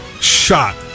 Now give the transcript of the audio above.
shot